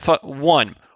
One